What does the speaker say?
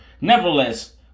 Nevertheless